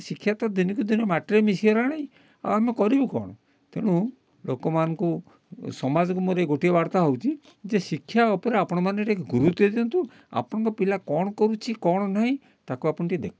ଶିକ୍ଷା ତ ଦିନକୁ ଦିନ ମାଟିରେ ମିଶି ଗଲାଣି ଆଉ ଆମେ କରିବୁ କ'ଣ ତେଣୁ ଲୋକମାନଙ୍କୁ ସମାଜକୁ ମୋର ଏଇ ଗୋଟିଏ ବାର୍ତ୍ତା ହେଉଛି ଯେ ଶିକ୍ଷା ଉପରେ ଆପଣ ମାନେ ଟିକେ ଗୁରୁତ୍ୱ ଦିଅନ୍ତୁ ଆପଣଙ୍କ ପିଲା କ'ଣ କରୁଛି କ'ଣ ନାହିଁ ତାକୁ ଆପଣ ଟିକେ ଦେଖନ୍ତୁ